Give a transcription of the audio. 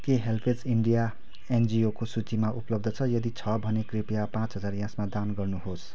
के HelpAge India एनजिओको सूचीमा उपलब्ध छ यदि छ भने कृपया रुपियाँ पाँच हजार यसमा दान गर्नुहोस्